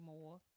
more